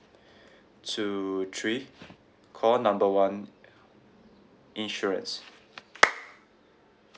two three call number one insurance